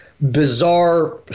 bizarre